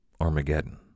Armageddon